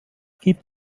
gibt